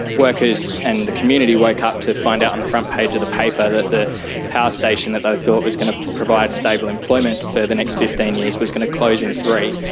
workers and community woke up to find out on the front page of the paper that the power station that they thought was going to provide stable employment for the next fifteen years was going to close in three,